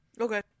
Okay